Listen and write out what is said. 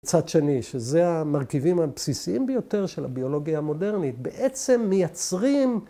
‫בצד שני, שזה המרכיבים הבסיסיים ‫ביותר של הביולוגיה המודרנית, ‫בעצם מייצרים...